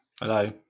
hello